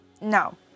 No